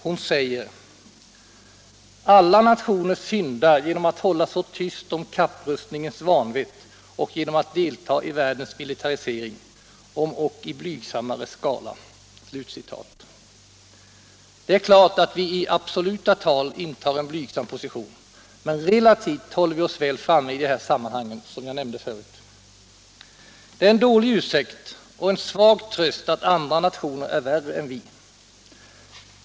Hon säger: ”Alla nationer syndar genom att hålla så tyst om kapprustningens vanvett och genom att delta i världens militarisering, om ock i blygsammare skala.” Det är klart att vi i absoluta tal intar en blygsam position, men relativt håller vi oss väl framme i de här sammanhangen, som jag nämnde förut. Det är en dålig ursäkt och en svag tröst att andra nationer är värre än vi.